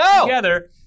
together